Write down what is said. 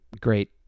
great